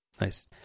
nice